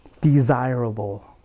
desirable